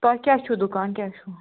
تۄہہِ کیٛاہ چھُو دُکان کیٛاہ چھُو